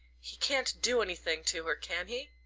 he can't do anything to her, can he?